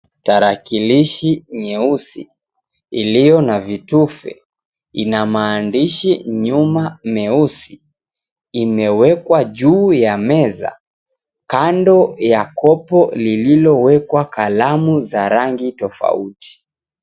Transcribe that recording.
Tarakilishi nyeusi, iliyo na vitufe, ina maandishi nyuma meusi. Imewekwa juu ya meza, kando ya kopo lililowekwa kalamu za rangi tofauti.